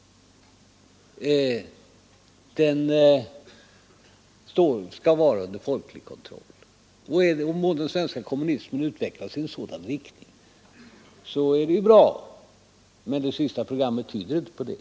Demokrati innebär folklig kontroll, och om den svenska Nr 144 kommunismen utvecklas i riktning mot det är det bra, men kommunister Fredagen den nas senaste program tyder inte på det!